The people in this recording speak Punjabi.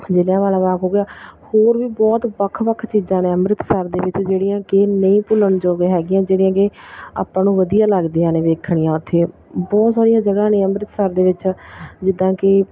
ਜਲ੍ਹਿਆਂ ਵਾਲਾ ਬਾਗ ਹੋ ਗਿਆ ਹੋਰ ਵੀ ਬਹੁਤ ਵੱਖ ਵੱਖ ਚੀਜ਼ਾਂ ਨੇ ਅੰਮ੍ਰਿਤਸਰ ਦੇ ਵਿੱਚ ਜਿਹੜੀਆਂ ਕਿ ਨਹੀਂ ਭੁੱਲਣਯੋਗ ਹੈਗੀਆਂ ਜਿਹੜੀਆਂ ਕਿ ਆਪਾਂ ਨੂੰ ਵਧੀਆ ਲੱਗਦੀਆਂ ਨੇ ਵੇਖਣੀਆਂ ਉੱਥੇ ਬਹੁਤ ਸਾਰੀਆਂ ਜਗ੍ਹਾ ਨੇ ਅੰਮ੍ਰਿਤਸਰ ਦੇ ਵਿੱਚ ਜਿੱਦਾਂ ਕਿ